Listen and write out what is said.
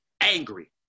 angry